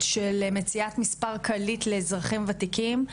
של מציאת מספר קליט לאזרחים וותיקים,